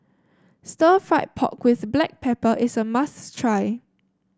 Stir Fried Pork with Black Pepper is a must try